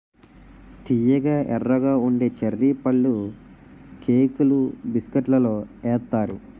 తియ్యగా ఎర్రగా ఉండే చర్రీ పళ్ళుకేకులు బిస్కట్లలో ఏత్తారు